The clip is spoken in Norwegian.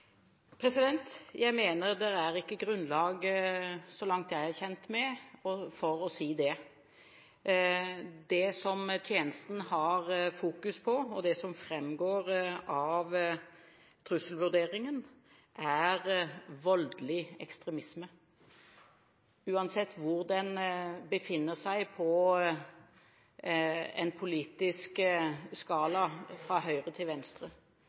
langt jeg er kjent med, ikke er grunnlag for å si det. Det som tjenesten har fokus på, og det som fremgår av trusselvurderingen, er voldelig ekstremisme, uansett hvor den befinner seg på en politisk skala fra høyre til venstre.